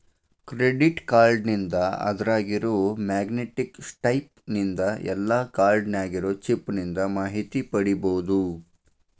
credit ಕಾರ್ಡ್ನಿಂದ ಅದ್ರಾಗಿರೊ magnetic stripe ನಿಂದ ಇಲ್ಲಾ ಕಾರ್ಡ್ ನ್ಯಾಗಿರೊ ಚಿಪ್ ನಿಂದ ಮಾಹಿತಿ ಪಡಿಬೋದು